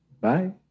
Bye